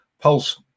Pulse